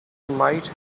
might